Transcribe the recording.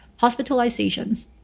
hospitalizations